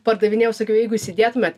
pardavinėjau sakiau jeigu įsidėtumėt